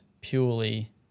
purely